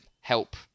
help